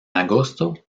agosto